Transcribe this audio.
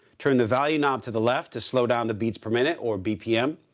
turn the value knob to the left to slow down the beats per minute or bpm,